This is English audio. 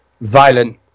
violent